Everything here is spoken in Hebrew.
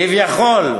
כביכול,